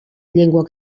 llengua